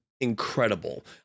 incredible